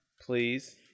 Please